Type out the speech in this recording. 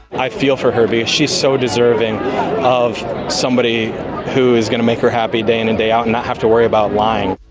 i feel for her, because she's so deserving of somebody who is make her happy day in and day out, and not have to worry about lying.